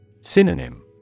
Synonym